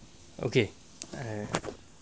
okay err